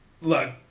Look